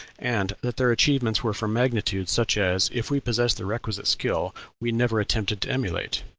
and that their achievements were for magnitude such as, if we possess the requisite skill, we never attempt to emulate.